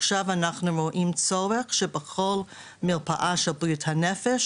עכשיו אנחנו רואים צורך שבכל מרפאה של בריאות הנפש,